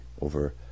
over